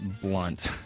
blunt